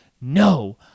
No